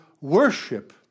worship